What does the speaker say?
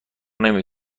نمی